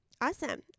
awesome